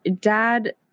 dad